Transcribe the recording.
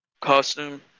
Costume